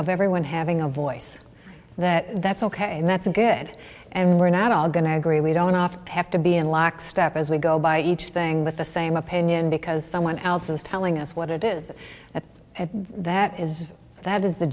of everyone having a voice that that's ok and that's good and we're not all going to agree we don't often have to be in lockstep as we go by each thing with the same opinion because someone else is telling us what it is that that is that is